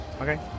Okay